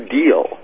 deal